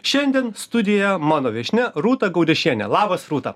šiandien studioe mano viešnia rūta gaudešienė labas rūta